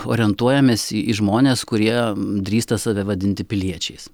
orientuojamės į žmones kurie drįsta save vadinti piliečiais